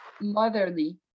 motherly